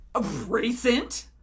recent